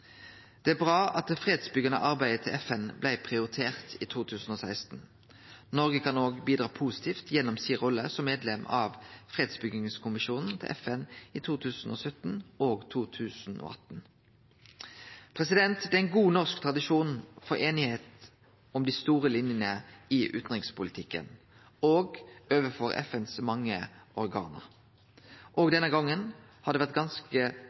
Det er bra at det fredsbyggjande arbeidet til FN blei prioritert i 2016. Noreg kan bidra positivt gjennom si rolle som medlem av Fredsbyggingskommisjonen til FN i 2017 og 2018. Det er god norsk tradisjon for einigheit om dei store linjene i utanrikspolitikken, òg overfor FNs mange organ. Òg denne gongen har det vore ganske